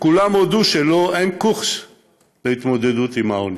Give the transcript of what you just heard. כולם הודו שאין קורס בהתמודדות עם העוני.